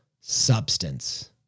substance